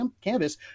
canvas